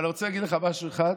אבל אני רוצה להגיד לך משהו אחד,